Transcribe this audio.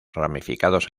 ramificados